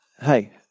hey